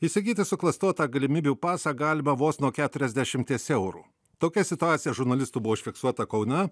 įsigyti suklastotą galimybių pasą galima vos nuo keturiasdešimties eurų tokia situacija žurnalistų buvo užfiksuota kaune